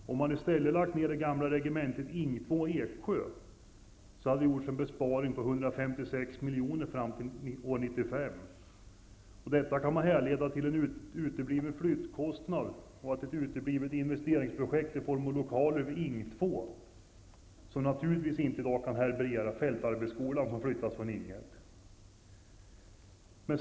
Om man i stället hade lagt ned det gamla regementet Ing 2 i Eksjö, hade det gjorts en besparing på 156 miljoner fram till år 1995. Detta kan härledas till en utebliven flyttkostnad och ett uteblivet investeringsprojekt i form av lokaler vid Ing 2, som naturligtvis inte i dag kan härbergera fältarbetsskolan, vilken flyttas dit från Ing 1.